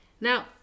Now